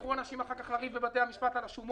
תשלחו אחר כך אנשים לריב בבתי המשפט על השומות.